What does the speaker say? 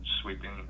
sweeping